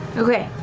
okay.